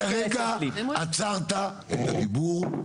אתה כרגע עצרת את הדיבור,